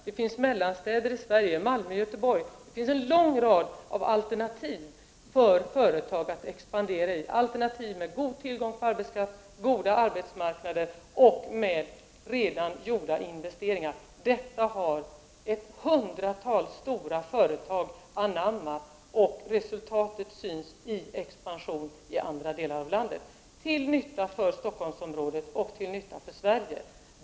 Det finns mellanstäder i Sverige som Malmö och Göteborg. Det finns alltså en lång rad av alternativ för företag att expandera i. Det är alternativ med god tillgång på arbetskraft, god arbetsmarknad och med redan gjorda investeringar. Detta har ett hundratal stora företag anammat och resultatet syns i en expansion i andra delar av landet. Detta är till nytta för Stockholmsområdet och till nytta för Sverige.